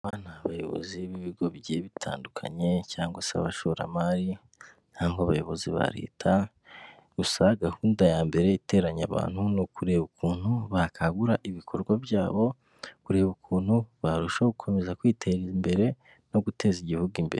Aba ni abayobozi b'ibigo bigiye bitandukanye cyangwa se abashoramari, cyangwa abayobozi ba leta, gusa gahunda ya mbere iteranya abantu ni ukureba ukuntu bakangura ibikorwa byabo, kureba ukuntu barushaho gukomeza kwiteza imbere no guteza igihugu imbere.